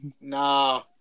Nah